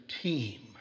team